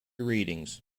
readings